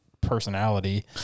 personality